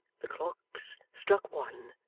the clocks struck one.